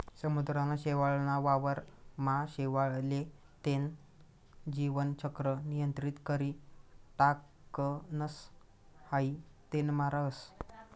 समुद्रना शेवाळ ना वावर मा शेवाळ ले तेन जीवन चक्र नियंत्रित करी टाकणस हाई तेनमा राहस